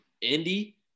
Indy